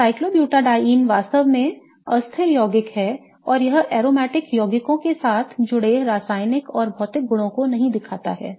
अब cyclobutadiene वास्तव में अस्थिर यौगिक हैं और यह aromatic यौगिकों के साथ जुड़े रासायनिक और भौतिक गुणों को नहीं दिखाता है